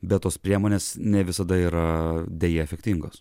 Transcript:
bet tos priemonės ne visada yra deja efektingos